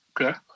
Okay